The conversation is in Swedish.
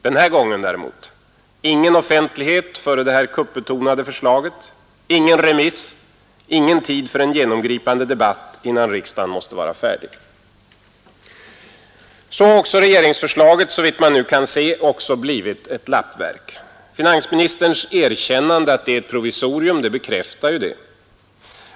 Den här gången däremot: ingen offentlighet före det kuppbetonade förslaget, ingen remiss, ingen tid för en genomgripande debatt innan riksdagen måste vara färdig. Så har också regeringsförslaget, såvitt man nu kan se, blivit ett lappverk. Finansministerns erkännande att det är ett provisorium bekräftar ju det.